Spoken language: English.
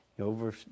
over